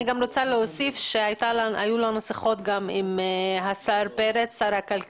אני רוצה להוסיף שהיו לנו שיחות גם עם שר הכלכלה